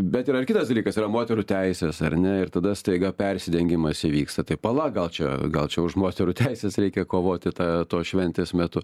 bet yra ir kitas dalykas yra moterų teisės ar ne ir tada staiga persidengimas įvyksta tai pala gal čia gal čia už moterų teises reikia kovoti tą tos šventės metu